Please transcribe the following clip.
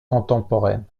contemporaine